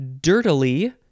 Dirtily